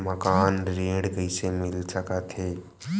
मकान ऋण कइसे मिल सकथे?